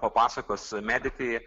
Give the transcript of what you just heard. papasakos medikai